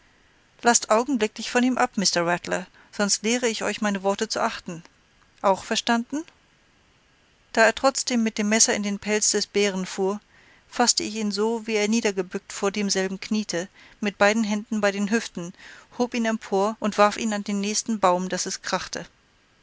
laßt augenblicklich ab von ihm mr rattler sonst lehre ich euch meine worte zu achten auch verstanden da er trotzdem mit dem messer in den pelz des bären fuhr faßte ich ihn so wie er niedergebückt vor demselben kniete mit beiden händen bei den hüften hob ihn empor und warf ihn an den nächsten baum daß es krachte